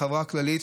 בחברה הכללית.